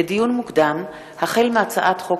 לדיון מוקדם, החל בהצעת חוק